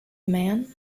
man